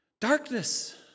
Darkness